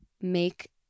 make